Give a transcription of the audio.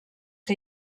que